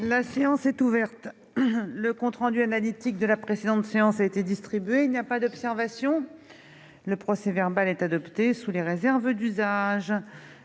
La séance est ouverte. Le compte rendu analytique de la précédente séance a été distribué. Il n'y a pas d'observation ?... Le procès-verbal est adopté sous les réserves d'usage.